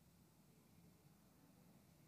תביא את האנשים שלכם.